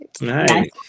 Nice